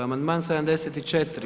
Amandman 74.